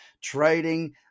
trading